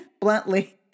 bluntly